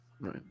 Right